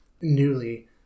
newly